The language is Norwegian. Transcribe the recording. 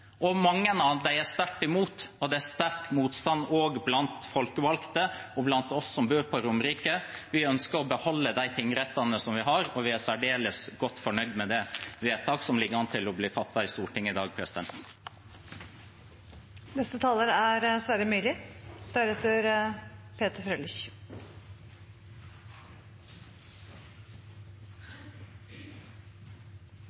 sterkt imot, og det er sterk motstand også blant folkevalgte og blant oss som bor på Romerike. Vi ønsker å beholde de tingrettene som vi har, og vi er særdeles godt fornøyd med det vedtaket som ligger an til å bli fattet i Stortinget i dag. Jeg synes det er